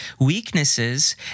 weaknesses